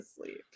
asleep